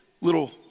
little